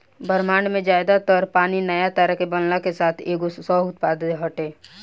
ब्रह्माण्ड में ज्यादा तर पानी नया तारा के बनला के साथ के एगो सह उत्पाद हटे